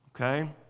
Okay